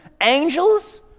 angels